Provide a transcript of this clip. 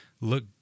Look